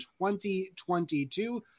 2022